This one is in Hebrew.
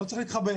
לא צריך להתחבא,